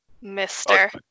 mister